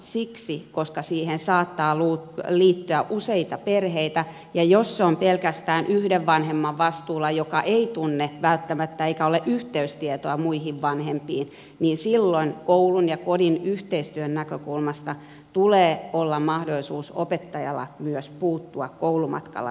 siksi koska siihen saattaa liittyä useita perheitä ja jos se on pelkästään yhden vanhemman vastuulla joka ei tunne välttämättä eikä ole yhteystietoa muihin vanhempiin niin silloin koulun ja kodin yhteistyön näkökulmasta tulee olla mahdollisuus opettajalla myös puuttua koulumatkalla tapahtuvaan kiusaamiseen